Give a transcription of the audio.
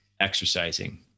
exercising